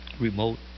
Remote